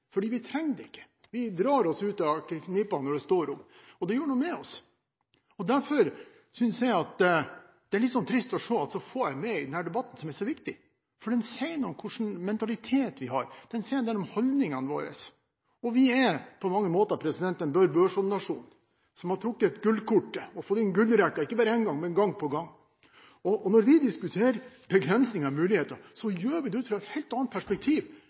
fordi vi trenger det ikke, vi drar oss ut av knipa når det står på. Og det gjør noe med oss. Derfor synes jeg det er litt trist å se at så få er med i denne debatten som er så viktig, for den sier noe om hvilken mentalitet vi har, den sier en del om holdningene våre. Vi er på mange måter en Bør Børson-nasjon, som har trukket gullkortet og fått inn gullrekka – ikke bare én gang, men gang på gang – og når vi diskuterer begrensninger og muligheter, gjør vi det ut fra et helt annet perspektiv